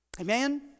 Amen